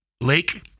lake